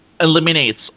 eliminates